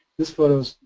this photos